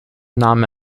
name